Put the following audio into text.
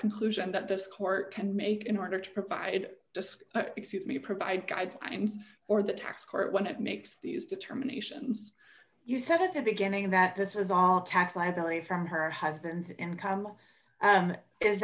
conclusion that this court can make in order to provide just excuse me provide guidelines for the tax court when it makes these determinations you said at the beginning that this is all tax liability from her husband's income